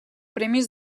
premis